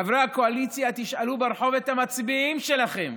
חברי הקואליציה, תשאלו ברחוב את המצביעים שלכם,